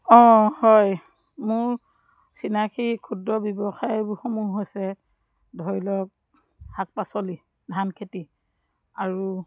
অঁ হয় মোৰ চিনাকি ক্ষুদ্ৰ ব্যৱসায়সমূহ হৈছে ধৰি লওক শাক পাচলি ধান খেতি আৰু